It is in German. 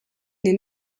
den